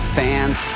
fans